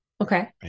Okay